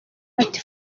ati